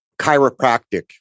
chiropractic